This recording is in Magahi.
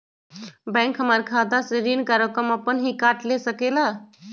बैंक हमार खाता से ऋण का रकम अपन हीं काट ले सकेला?